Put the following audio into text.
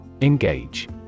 Engage